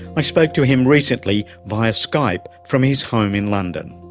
i spoke to him recently via skype from his home in london.